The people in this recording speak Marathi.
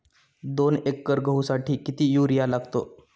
दोन एकर गहूसाठी किती युरिया लागतो?